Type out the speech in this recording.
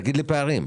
תגיד לי את הפערים.